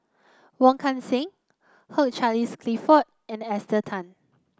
Wong Kan Seng Hugh Charles Clifford and Esther Tan